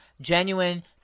genuine